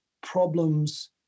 problems